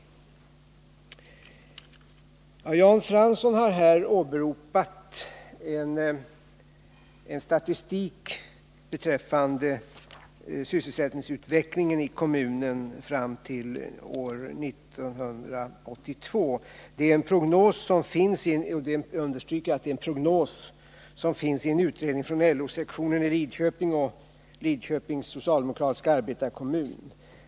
Jan Fransson har här åberopat en statistik beträffande sysselsättningsutvecklingen i kommunen fram till år 1982. Det är en prognos som finns — jag understryker att det är en prognos — i en utredning från LO-sektionen inom Lidköpings socialdemokratiska arbetarkommun.